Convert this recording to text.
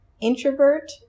Introvert